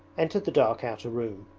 entered the dark outer room.